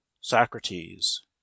Socrates